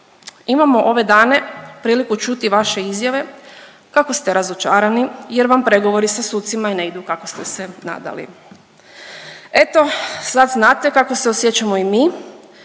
imamo ove dane priliku čuti vaše izjave kako ste razočarani jer vam pregovori sa sucima ne idu kako ste se nadali. Eto, sad znate kako se osjećamo i mi